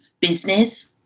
business